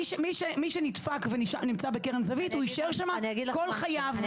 מי שנדפק ונמצא בקרן הזווית הוא יישאר שם כל חייו,